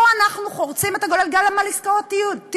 פה אנחנו סותמים את הגולל גם על עסקאות טיעון,